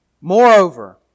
Moreover